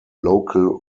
local